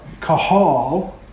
kahal